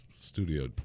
studio